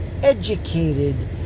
educated